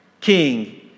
King